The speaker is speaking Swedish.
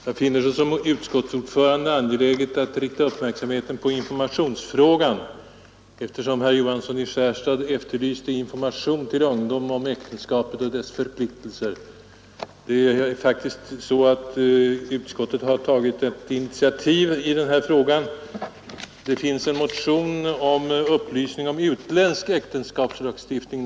Fru talman! Jag finner det såsom utskottets ordförande angeläget att rikta uppmärksamheten på informationsfrågan, eftersom herr Johansson i Skärstad efterlyste information till ungdom om äktenskapet och dess förpliktelser. Utskottet har faktiskt tagit ett initiativ i denna fråga. Det har nämligen väckts en motion av fröken Mattson om utländsk äktenskapslagstiftning.